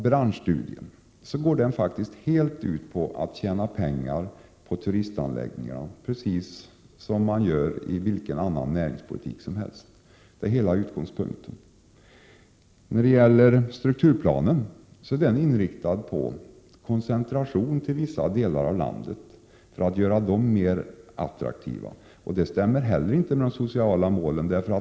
Branschstudien går faktiskt helt ut på att tjäna pengar på turistanläggningarna, precis som man gör i vilken annan näringspolitik som helst. Det är den enda utgångspunkten. Strukturplanen är inriktad på koncentration till vissa delar av landet för att göra dem mer attraktiva, och det stämmer heller inte med de sociala målen.